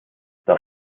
das